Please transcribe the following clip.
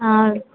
ஆ